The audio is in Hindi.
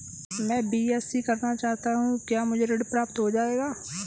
मैं बीएससी करना चाहता हूँ क्या मुझे ऋण प्राप्त हो जाएगा?